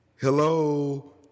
hello